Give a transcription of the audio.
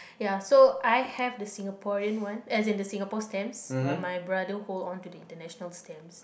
ya so I have the Singaporean one as in the Singapore stamps while my brother hold on to the international stamps